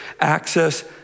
access